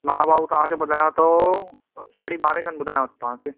मां भाउ तव्हांजो ॿुधायांव थो साढी ॿारहें खनि ॿुधायांव थो तव्हांखे